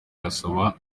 arasaba